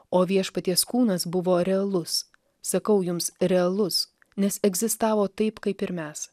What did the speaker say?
o viešpaties kūnas buvo realus sakau jums realus nes egzistavo taip kaip ir mes